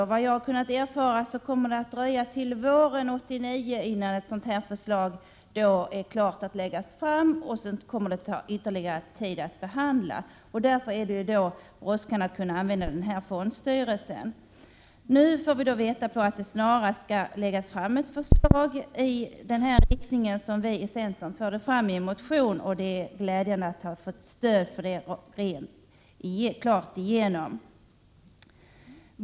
Såvitt jag har kunnat erfara kommer det att dröja till våren 1989, innan ett förslag kan läggas fram. Sedan kommer det att ta ytterligare tid att behandla förslaget. Därför är det så bråttom att fondstyrelsen kan komma till användning. Nu får vi veta att det snarast kommer att läggas fram ett förslag i enlighet med det krav som centern har framfört i en motion. Det är glädjande att ha fått detta stöd.